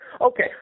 Okay